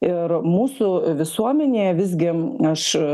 ir mūsų visuomenėje visgi aš